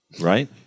Right